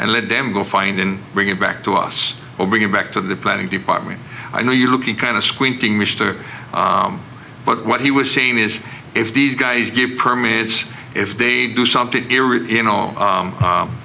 and let them go find in bring it back to us or bring it back to the planning department i know you're looking kind of squinting mister but what he was saying is if these guys give permits if they do something you know